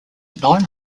nine